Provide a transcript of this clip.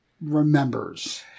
remembers